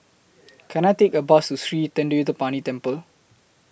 Can I Take A Bus to Sri Thendayuthapani Temple